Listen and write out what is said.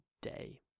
day